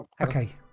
Okay